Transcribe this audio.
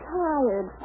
tired